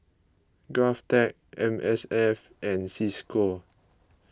Govtech M S F and Cisco